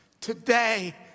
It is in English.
today